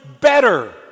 better